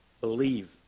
believe